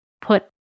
Put